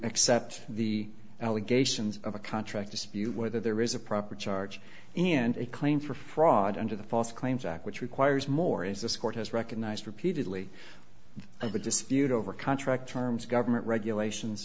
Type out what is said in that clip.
accept the allegations of a contract dispute whether there is a proper charge and a claim for fraud under the false claims act which requires more is this court has recognized repeatedly of a dispute over contract terms government regulations